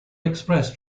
express